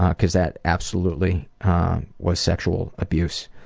because that absolutely was sexual abuse.